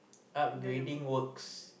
upgrading works